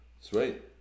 Sweet